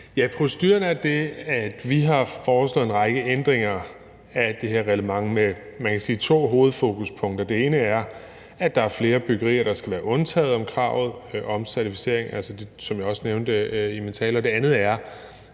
Proceduren er den, at vi har foreslået en række ændringer af det her reglement med, kan man sige, to hovedfokuspunkter. Det ene er, at der er flere byggerier, der skal være undtaget fra kravet om certificering, som jeg også nævnte i min tale. Det andet er,